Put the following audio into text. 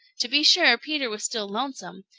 to be sure peter was still lonesome,